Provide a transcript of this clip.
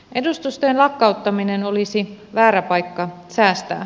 edustustojen lakkauttaminen olisi väärä paikka säästää